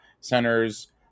centers